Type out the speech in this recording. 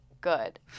good